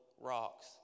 rocks